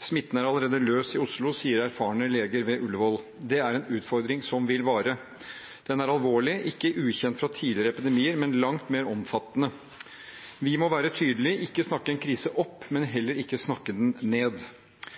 «Smitten er allerede løs i Oslo», sier erfarne leger ved Ullevål. Det er en utfordring som vil vare. Den er alvorlig, ikke ukjent fra tidligere epidemier, men langt mer omfattende. Vi må være tydelige, ikke snakke en krise opp, men heller ikke snakke den ned.